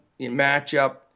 matchup